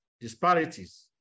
disparities